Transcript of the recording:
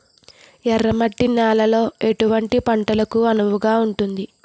ఎర్ర మట్టి నేలలో ఎటువంటి పంటలకు అనువుగా ఉంటుంది?